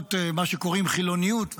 רמות מה שקוראים חילוניות,